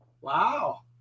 Wow